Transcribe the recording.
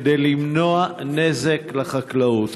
כדי למנוע נזקים לחקלאות.